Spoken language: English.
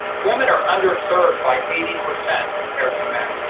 women are underserved by eighty percent compared to men.